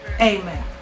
Amen